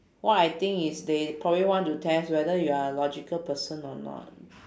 what I think is they probably want to test whether you are a logical person or not